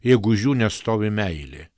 jeigu už jų nestovi meilė